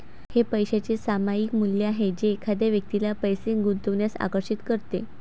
हे पैशाचे सामायिक मूल्य आहे जे एखाद्या व्यक्तीला पैसे गुंतवण्यास आकर्षित करते